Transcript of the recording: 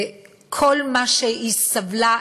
וכל מה שהיא סבלה,